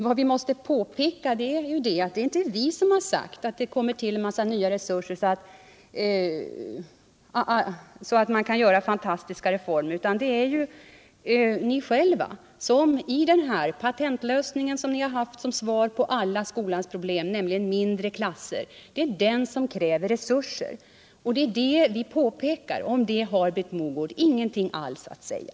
Vi måste emellertid påpeka att det inte är vi som utställt löften om fantastiska reformer. Det är ju ni själva som gjort det när ni som svar på skolans alla problem kommit med er patentlösning, nämligen mindre klasser. Den förändringen kräver resurser. Det är det vi påpekar, och om det har Britt Mogård ingenting alls att säga.